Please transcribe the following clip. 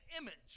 image